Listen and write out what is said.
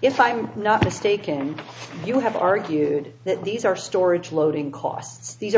if i'm not mistaken you have argued that these are storage loading costs these